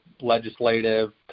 legislative